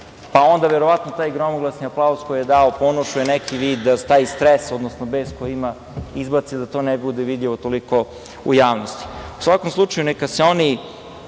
Onda verovatno taj gromoglasni aplauz koji je dao Ponošu je neki vid da taj stres, odnosno bes koji ima izbaci da to ne bude vidljivo toliko u javnosti.U svakom slučaju, neka se oni